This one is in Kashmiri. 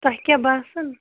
تۄہہِ کیٛاہ باسان